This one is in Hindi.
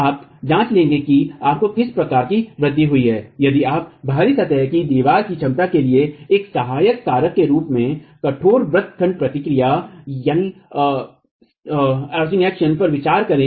आप जांच लेंगे कि आपको किस प्रकार की वृद्धि हुई है यदि आप बाहरी सतह की दीवार की क्षमता के लिए एक सहायक कारक के रूप में कठोरव्रत खंड प्रतिक्रिया पर विचार करें